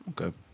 Okay